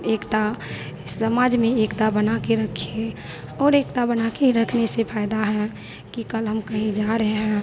एकता समाज में एकता बनाके रखिए और एकता बना के ही रखने से फ़ायदा है कि कल हम कहीं जा रहे हैं